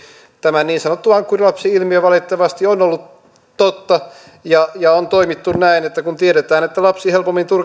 tämä niin sanottu ankkurilapsi ilmiö valitettavasti on ollut totta ja ja on toimittu näin että kun tiedetään että lapsi helpommin